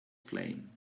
playing